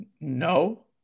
No